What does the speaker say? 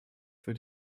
für